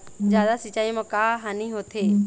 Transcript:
जादा सिचाई म का हानी होथे?